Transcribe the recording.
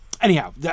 anyhow